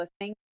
listening